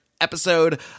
episode